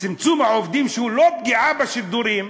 וצמצום מספר העובדים, שהוא לא פגיעה בשידורים,